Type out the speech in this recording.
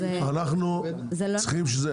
זה לא נכון.